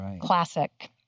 classic